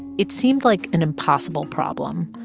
it seemed like an impossible problem.